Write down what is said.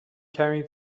کمی